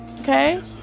okay